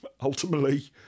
ultimately